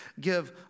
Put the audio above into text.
give